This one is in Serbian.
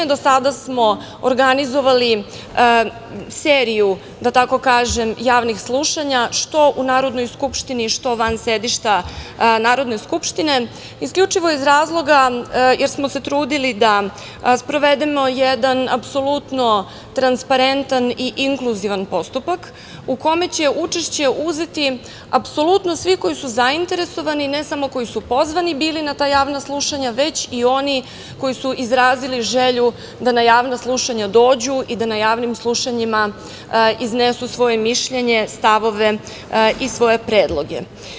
Do sada smo organizovali seriju, da tako kažem, javnih slušanja, što u Narodnoj skupštini, što van sedišta Narodne skupštine, isključivo iz razloga jer smo se trudili da sprovedemo jedan apsolutno transparentan i inkluzivan postupak u kome će učešće uzeti apsolutno svi koji su zainteresovani, ne samo koji su pozvani bili na ta javna slušanja, već i oni koji su izrazili želju da na javna slušanja dođu i da na javnim slušanjima iznesu svoje mišljenje, stavove i svoje predloge.